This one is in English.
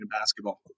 basketball